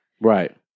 Right